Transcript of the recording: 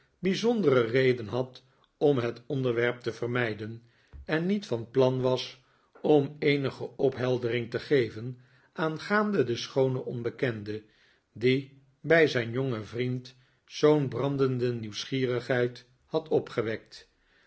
bijzondere reden had om het onderwerp te vermijden en niet van plan was om eenige opheldering te geven aangaande de schoone onbekende die bij zijn jongen vriend zoo'n brandende nieuwsgierigheid had opgewekt